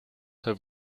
have